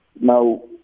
Now